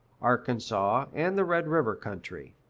arkansas, and the red river country.